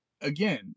again